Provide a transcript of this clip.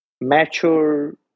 mature